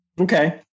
Okay